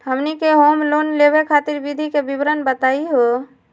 हमनी के home loan लेवे खातीर विधि के विवरण बताही हो?